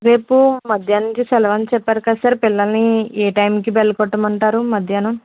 రేపు మధ్యాహ్నం నుంచి సెలవు అని చెప్పారు కదా సార్ పిల్లల్ని ఏ టైమ్కి బెల్ కొట్టమంటారు మధ్యాహ్నం